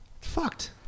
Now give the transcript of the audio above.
Fucked